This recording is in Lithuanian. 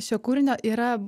šio kūrinio yra